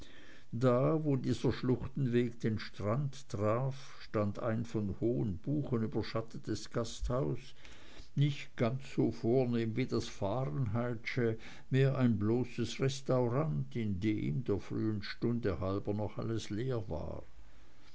da wo dieser schluchtenweg den strand traf stand ein von hohen buchen überschattetes gasthaus nicht so vornehm wie das fahrenheitsche mehr ein bloßes restaurant in dem der frühen stunde halber noch alles leer war